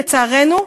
לצערנו,